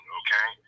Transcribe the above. okay